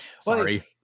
Sorry